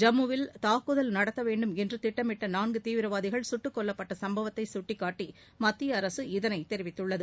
ஜம்மு வில் தாக்குதல் நடத்த வேண்டுமென்று திட்டமிட்ட நான்கு தீவிரவாதிகள் கட்டுக் கொல்லப்பட்ட சம்பவத்தை சுட்டிக்காட்டி மத்திய அரசு இதனை தெிவித்துள்ளது